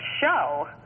show